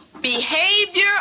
behavior